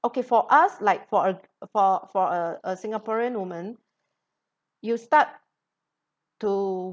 okay for us like for a for for uh a singaporean woman you'll start to